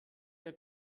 der